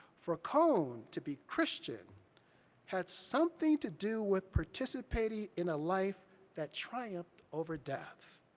for cone, to be christian had something to do with participating in a life that triumphed over death.